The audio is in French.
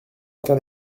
aucun